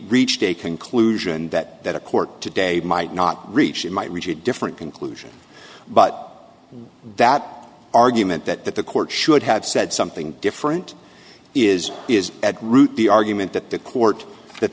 reached a conclusion that that a court today might not reach it might reach a different conclusion but that argument that that the court should have said something different is is at root the argument that the court that